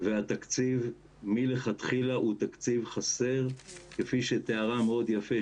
והתקציב מלכתחילה הוא תקציב חסר כפי שתיארה מאוד יפה